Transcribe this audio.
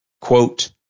quote